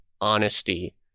honesty